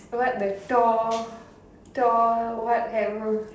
what the door door what hammer